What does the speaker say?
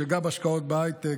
גם השקעות בהייטק,